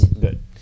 good